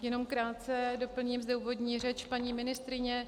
Jenom krátce doplním úvodní řeč paní ministryně.